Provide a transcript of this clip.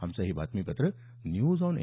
आमचं हे बातमीपत्र न्यूज ऑन ए